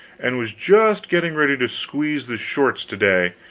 and was just getting ready to squeeze the shorts to-day